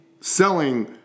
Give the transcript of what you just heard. selling